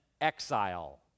exile